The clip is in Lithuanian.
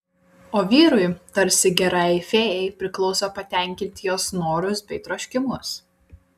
o vyrui tarsi gerajai fėjai priklauso patenkinti jos norus bei troškimus